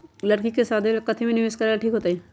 लड़की के शादी ला काथी में निवेस करेला ठीक होतई?